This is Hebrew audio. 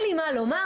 אין לי מה לומר,